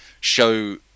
show